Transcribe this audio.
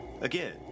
Again